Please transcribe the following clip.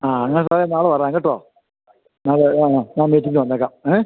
ആ അങ്ങനെ സാറേ നാളെ വരാം കേട്ടോ നാളെ ആ ഞാന് മീറ്റിങ്ങിനു വന്നേക്കാം